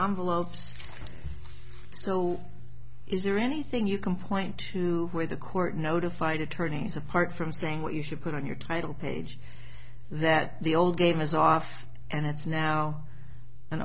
ups so is there anything you can point to where the court notified attorneys apart from saying what you should put on your title page that the old game is off and it's now an